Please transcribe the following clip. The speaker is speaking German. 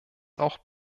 auch